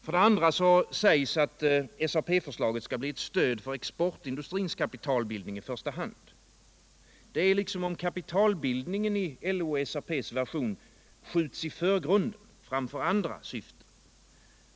För det andra sägs att SAP-förstaget skall bli ett stöd för exportindustrins kapitalbildning. Det är som om kapitalbildningen skjuts i förgrunden tramför andra syften.